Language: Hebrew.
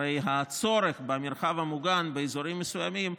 הרי הצורך במרחב המוגן באזורים מסוימים,